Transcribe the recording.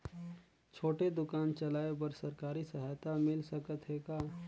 छोटे दुकान चलाय बर सरकारी सहायता मिल सकत हे का?